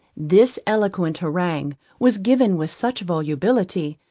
this eloquent harangue was given with such volubility,